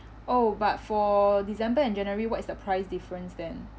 oh but for december and january what is the price difference then